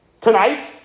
tonight